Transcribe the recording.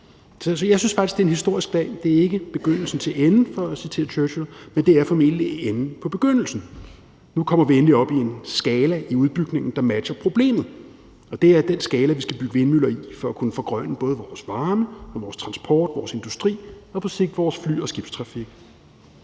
jeg synes faktisk, det er en historisk dag. Det er ikke begyndelsen til enden – for at citere Churchill – men det er formentlig enden på begyndelsen. Nu kommer vi endelig op i en skala i udbygningen, der matcher problemet, og det er den skala, vi skal bygge vindmøller i, for at kunne forgrønne både vores varme, vores transport, vores industri og på sigt vores fly- og skibstrafik.